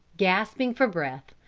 gasping for breath,